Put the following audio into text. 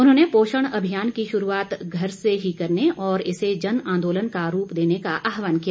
उन्होंने पोषण अभियान की शुरूआत घर से ही करने और इसे जन आंदोलन का रूप देने का आहवान किया